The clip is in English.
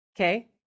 Okay